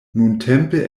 nuntempe